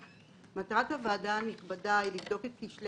מטרת הוועדה הנכבדה היא לבדוק את כשלי